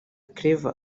claver